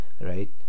right